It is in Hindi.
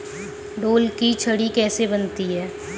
ढोल की छड़ी कैसे बनती है?